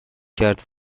کرد